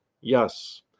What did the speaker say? Yes